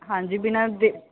ਹਾਂਜੀ ਬਿਨਾਂ ਦੇ